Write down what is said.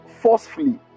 forcefully